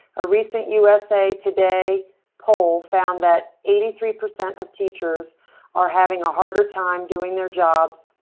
are recent usa today poll found that eighty three percent of teachers are having a harder time doing their jobs.